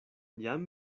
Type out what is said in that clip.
jam